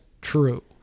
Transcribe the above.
true